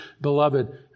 Beloved